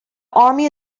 army